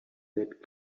that